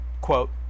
quote